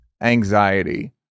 anxiety